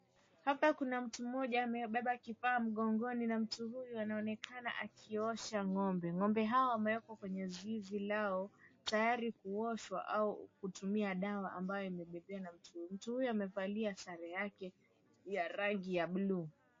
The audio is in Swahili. Hapa kuna mtu mmoja amebeba kifaa mgongoni na mtu huyu anaonekana akiosha ng'ombe. Ng'ombe hawa wamewekwa kwenye zizi lao tayari kuoshwa au kutumia dawa ambayo imebebewa na mtu. mtu huyu amevalia sare yake ya rangi ya blue